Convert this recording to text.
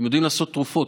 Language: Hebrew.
הם יודעים לעשות תרופות.